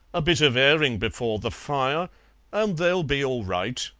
a bit of airing before the fire an' they'll be all right.